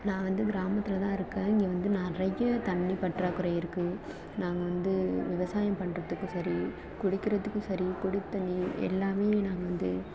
நான் வந்து கிராமத்தில் தான் இருக்கேன் இங்கே வந்து நிறைய தண்ணி பற்றாக்குறை இருக்குது நாங்கள் வந்து விவசாயம் பண்ணுறத்துக்கும் சரி குடிக்கிறத்துக்கும் சரி குடித்தண்ணி எல்லாம் நாங்கள் வந்து